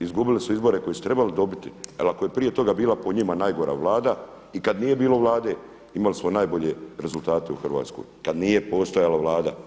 izgubili su izbore koje su trebali dobiti jer ako je prije toga bila po njima najgora Vlada i kad nije bilo Vlade imali smo najbolje rezultate u Hrvatskoj, kad nije postojala Vlada.